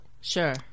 Sure